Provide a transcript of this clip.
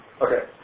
Okay